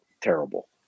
terrible